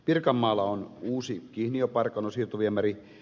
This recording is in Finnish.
pirkanmaalla on uusi kihniöparkano siirtoviemärihanke